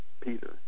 Peter